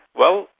well,